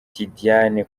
tidiane